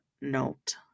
note